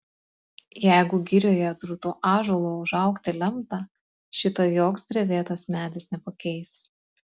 jeigu girioje drūtu ąžuolu užaugti lemta šito joks drevėtas medis nepakeis